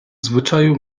zwyczaju